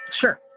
Sure